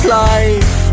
life